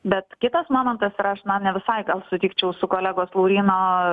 bet kitas momentas ir aš na ne visai gal sutikčiau su kolegos lauryno